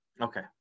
Okay